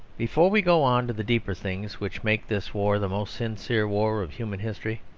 before we go on to the deeper things which make this war the most sincere war of human history,